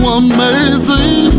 amazing